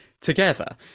together